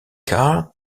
car